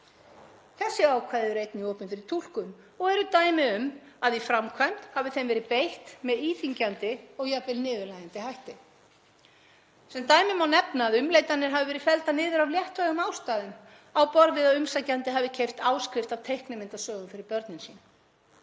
Þessi ákvæði eru einnig opin fyrir túlkun og eru dæmi um að í framkvæmd hafi þeim verið beitt með íþyngjandi og jafnvel niðurlægjandi hætti. Sem dæmi má nefna að umleitanir hafa verið felldar niður af léttvægum ástæðum á borð við að umsækjandi hafi keypt áskrift að teiknimyndasögum fyrir börnin sín.